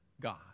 God